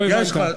לא הבנת.